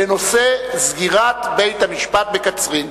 בנושא: סגירת בית-המשפט בקצרין.